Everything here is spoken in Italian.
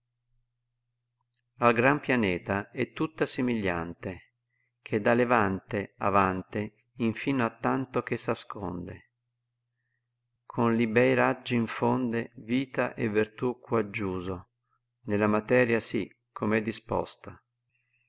al gran pianeta è tutta simigliante che da levante avante infino attanto che s asconde con li bei raggi infonde vita e vertù quaggiuso nella materia sì com'è disposta